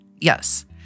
Yes